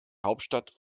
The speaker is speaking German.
hauptstadt